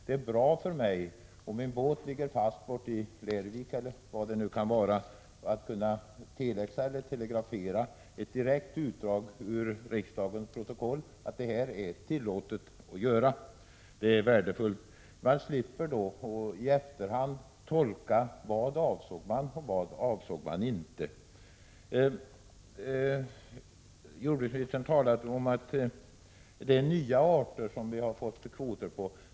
Det är bra för mig, om min båt ligger fast borta i Lerwick eller vad det nu kan vara, att kunna telexera eller telegrafera ett direkt utdrag ur riksdagens protokoll att det här är tillåtet. Det är värdefullt. Man slipper då att i efterhand försöka tolka vad som avsågs och vad som inte avsågs. Jordbruksministern säger i svaret att det är nya arter som vi har fått kvoter på.